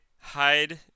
hide